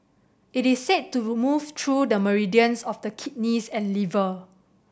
it is said to remove through the meridians of the kidneys and liver